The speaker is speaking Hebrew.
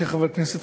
כחברי כנסת,